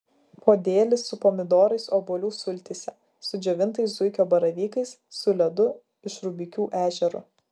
podėlis su pomidorais obuolių sultyse su džiovintais zuikio baravykais su ledu iš rubikių ežero